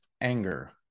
anger